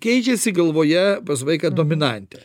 keičiasi galvoje pas vaiką dominantė